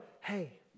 hey